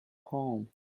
home